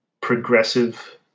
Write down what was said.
progressive